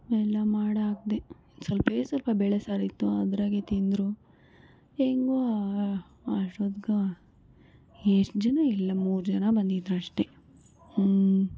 ಎಲ್ಲ ಮಾಡಾಕ್ದೆ ಸ್ವಲ್ಪೇ ಸ್ವಲ್ಪ ಬೇಳೆ ಸಾರಿತ್ತು ಅದರಾಗೆ ತಿಂದರು ಹೆಂಗೋ ಅಷ್ಟೊತ್ಗೆ ಹೆಚ್ಚು ಜನ ಇರಲಿಲ್ಲ ಮೂರು ಜನ ಬಂದಿದ್ರು ಅಷ್ಟೇ ಹ್ಞೂ